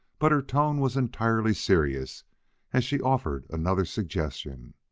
but her tone was entirely serious as she offered another suggestion.